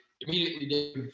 immediately